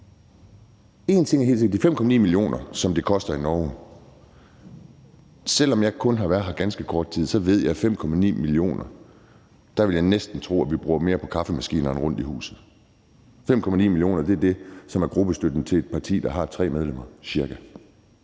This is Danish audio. Én ting er helt sikker i forhold til de 5,9 mio. kr., som det koster i Norge. Selv om jeg kun har været her ganske kort tid, vil jeg næsten tro, at vi bruger mere på kaffemaskinerne rundtomkring i huset, og 5,9 mio. kr. er cirka det, som er gruppestøtten til et parti, der har tre medlemmer. Kl.